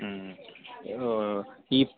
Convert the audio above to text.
ఈ